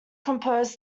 composed